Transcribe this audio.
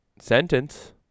sentence